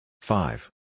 Five